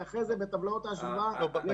אחרת טבלאות ההשוואה לא נכונות.